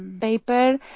paper